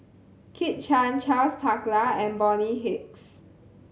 Kit Chan Charles Paglar and Bonny Hicks